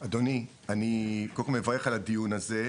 אדוני, אני קודם כל מברך על הדיון הזה.